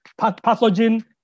pathogen